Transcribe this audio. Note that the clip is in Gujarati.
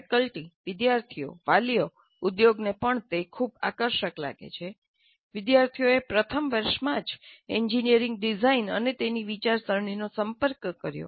ફેકલ્ટી વિદ્યાર્થીઓ વાલીઓ ઉદ્યોગને પણ તે ખૂબ જ આકર્ષક લાગે છે વિદ્યાર્થીઓએ પ્રથમ વર્ષમાં જ એન્જિનિયરિંગ ડિઝાઇન અને તેની વિચારસરણીનો સંપર્ક કર્યો